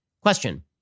Question